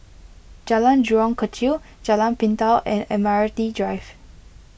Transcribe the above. Jalan Jurong Kechil Jalan Pintau and Admiralty Drive